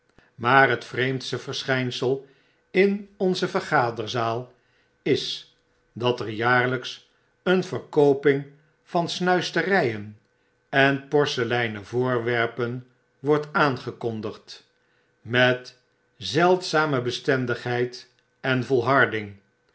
maar het vreemdste verschynsel in onze vergaderzaal is daterjaarlykseen verkooping van snuisteryen en porseleinen voorwerpen wordt aangekondigd met zeldzame bestendigheid en volharding